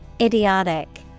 Idiotic